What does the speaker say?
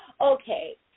okay